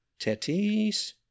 Tatis